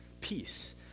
peace